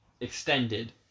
extended